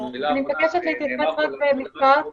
--- אני מבקשת להתייחס רק במשפט.